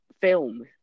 film